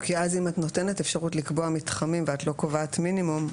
אם את נותנת אפשרות לקבוע מתחמים ואת לא קובעת מינימום,